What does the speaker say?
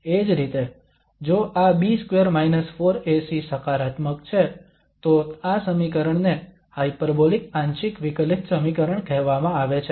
એ જ રીતે જો આ B2 4AC સકારાત્મક છે તો આ સમીકરણને હાયપરબોલિક આંશિક વિકલિત સમીકરણ કહેવામાં આવે છે